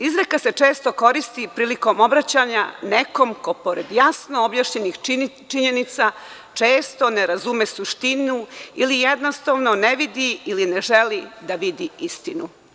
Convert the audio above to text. Izreka se često koristi prilikom obraćanja nekom ko pored jasno objašnjenih činjenica često ne razume suštinu ili jednostavno ne vidi ili ne želi da vidi istinu.